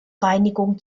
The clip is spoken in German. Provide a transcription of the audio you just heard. reinigung